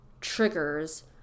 triggers